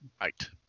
right